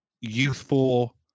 youthful